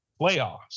playoffs